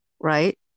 right